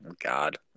God